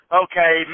okay